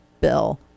bill